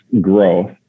growth